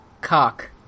Cock